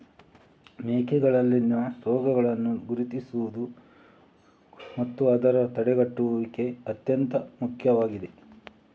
ಮೇಕೆಗಳಲ್ಲಿನ ರೋಗಗಳನ್ನು ಗುರುತಿಸುವುದು ಮತ್ತು ಅದರ ತಡೆಗಟ್ಟುವಿಕೆ ಅತ್ಯಂತ ಮುಖ್ಯವಾಗಿದೆ